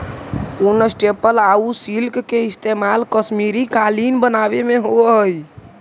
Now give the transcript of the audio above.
ऊन, स्टेपल आउ सिल्क के इस्तेमाल कश्मीरी कालीन बनावे में होवऽ हइ